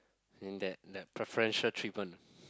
and that that preferential treatment